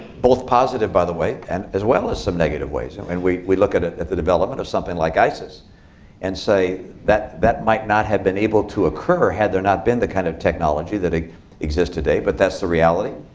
both positive, by the way, and as well as some negative ways. um and we we look at at the development of something like isis and say, that that might not have been able to occur had there not been the kind of technology that ah exists today. but that's the reality.